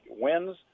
wins